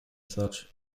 such